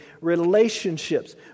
relationships